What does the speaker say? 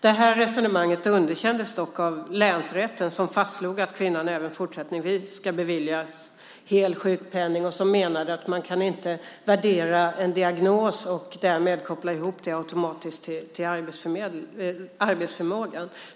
Det här resonemanget har dock underkänts av länsrätten, som fastslagit att kvinnan även fortsättningsvis ska beviljas hel sjukpenning. Man menar att det inte går att värdera en diagnos och därmed automatiskt koppla ihop den med arbetsförmågan.